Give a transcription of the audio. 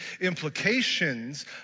implications